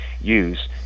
use